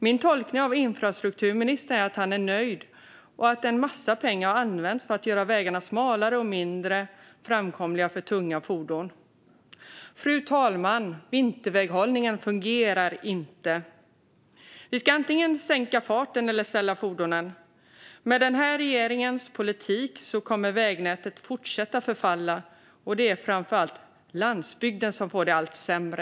Min tolkning är att infrastrukturministern är nöjd och att en massa pengar har använts för att göra vägarna smalare och mindre framkomliga för tunga fordon. Fru talman! Vinterväghållningen fungerar inte. Vi ska antingen sänka farten eller ställa fordonen. Med regeringens politik kommer vägnätet att fortsätta förfalla, och det är framför allt på landsbygden som det blir allt sämre.